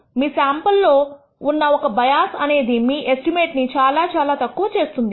మీ sample లో ఉన్న ఒక బయాస్ అనేది మీ ఎస్టిమేట్ ని చాలా చాలా తక్కువ చేస్తుంది